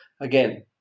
again